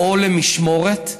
או למשמורת,